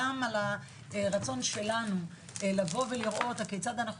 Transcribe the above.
גם על הרצון שלנו לבוא ולראות הכיצד אנחנו